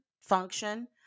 function